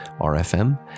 RFM